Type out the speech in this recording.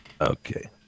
Okay